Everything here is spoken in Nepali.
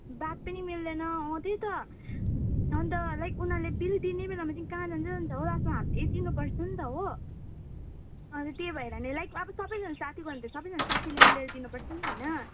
बात पनि मिल्दैन अँ त्यही त अन्त लाइक उनीहरूले बिल तिर्ने बेलामा चाहिँ कहाँ जान्छ जान्छ हो लास्टमा एक दिन म परेँछु नि त हो अनि त्यही भएर नै लाइक अब सबैजना साथी गयो भने त सबैजना साथीले मिलेर दिनुपर्छ नि त होइन